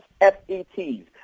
FETs